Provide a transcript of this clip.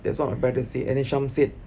that's what my parents said and then shum said